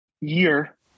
year